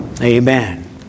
Amen